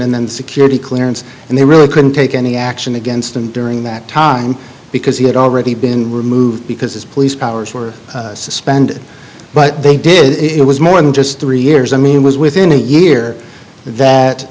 and then security clearance and they really couldn't take any action against him during that time because he had already been removed because his police powers were suspended but they did it was more than just three years i mean it was within a year that